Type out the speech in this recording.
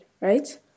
right